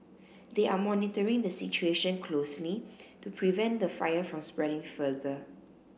they are monitoring the situation closely to prevent the fire from spreading further